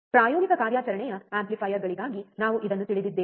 ಪ್ರಾಯೋಗಿಕ ಕಾರ್ಯಾಚರಣೆಯ ಆಂಪ್ಲಿಫೈಯರ್ಗಳಿಗಾಗಿ ನಾವು ಇದನ್ನು ತಿಳಿದಿದ್ದೇವೆ